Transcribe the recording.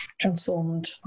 transformed